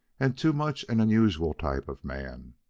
and too much an unusual type of man.